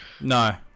No